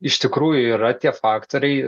iš tikrųjų yra tie faktoriai